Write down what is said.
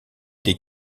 des